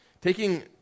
taking